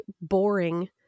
boring